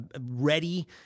ready